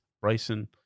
Bryson